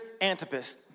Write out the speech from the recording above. Antipas